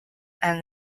and